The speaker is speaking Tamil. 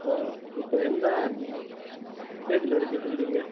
ஆ இப்போ எந்த ஸ்டேஜ்ல இருக்குது பில்டிங்